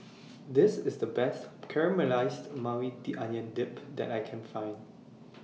This IS The Best Caramelized Maui Onion Dip that I Can Find